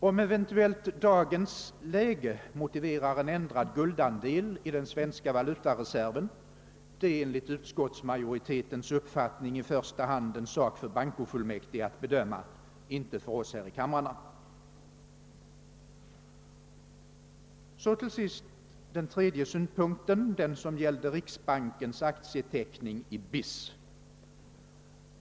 Om eventuellt dagens läge motiverar en ändrad guldandel i den svenska valutareserven är enligt utskottsmajoritetens uppfattning i första hand en sak för bankofullmäktige att bedöma, inte för oss här i riksdagen. Till sist vill jag säga några ord om den tredje synpunkten, nämligen riksbankens aktieteckning i BIS.